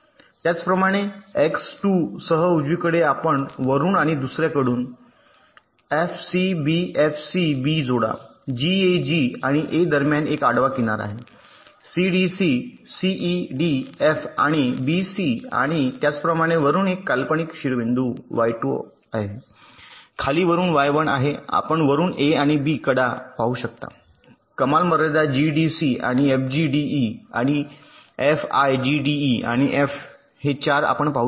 त्याचप्रमाणे एक्स 2 सह उजवीकडे आपण वरुन आणि दुसर्याकडून F C B F C B जोडा जी ए जी आणि ए दरम्यान एक आडवा किनार आहे C D C D C E D F आणि बी सी आणि त्याचप्रमाणे वरुन एक काल्पनिक शिरोबिंदू y2 आहे खाली वरून y1 आहे आपण वरुन A आणि B कडा पाहू शकता कमाल मर्यादा जी डी सी आणि एफ जी डी ई आणि F I G D E आणि एफ हे 4 आपण पाहू शकता